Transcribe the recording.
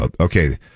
okay